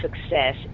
success